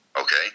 okay